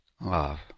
love